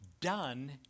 done